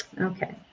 Okay